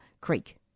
Creek